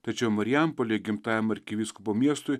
tačiau marijampolė gimtajam arkivyskupo miestui